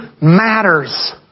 matters